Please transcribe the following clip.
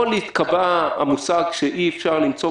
יכול להתקבע המושג שאי אפשר למצוא